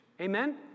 Amen